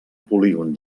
polígon